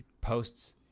Posts